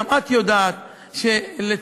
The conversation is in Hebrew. גם את יודעת שעברנו פה,